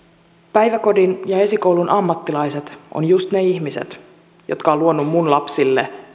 päiväkodin ja esikoulun ammattilaiset ovat just ne ihmiset jotka ovat luoneet minun lapsilleni